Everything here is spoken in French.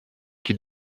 qui